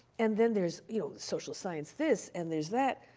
and then there's, you know, social science this, and there's that.